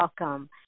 welcome